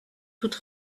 toute